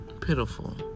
pitiful